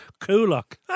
Kulak